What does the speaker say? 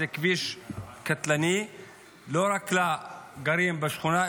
שזה כביש קטלני לא רק לגרים בשכונה,